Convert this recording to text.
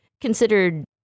considered